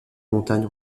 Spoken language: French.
montagnes